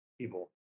people